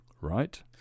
Right